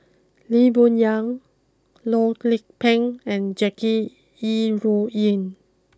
Lee Boon Yang Loh Lik Peng and Jackie Yi Ru Ying